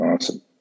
Awesome